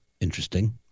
Interesting